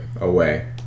away